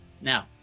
Now